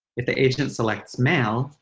if the agent selects male,